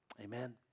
Amen